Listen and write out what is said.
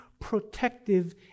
protective